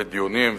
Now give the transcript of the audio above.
ודיונים,